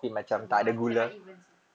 oh no I cannot even seh